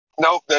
Nope